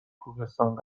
کوهستان